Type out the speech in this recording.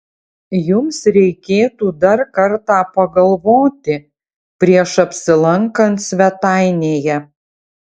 jums reikėtų dar kartą pagalvoti prieš apsilankant svetainėje